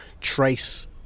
trace